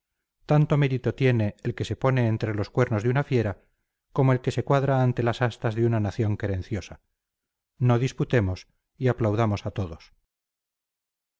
tanto mérito tiene el que se pone entre los cuernos de una fiera como el que se cuadra ante las astas de una nación querenciosa no disputemos y aplaudamos a todos